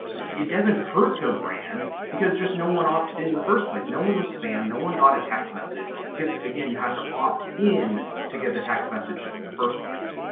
it doesn't hurt their brand because just no one opted in, in the first place. no one was spammed, no one got a text message. because again, you have to opt-in to get the text messages in the first place.